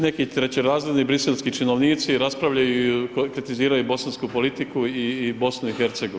Neki trećerazredni briselski činovnici raspravljaju i kritiziraju bosansku politiku i BiH.